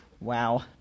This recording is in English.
Wow